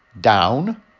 down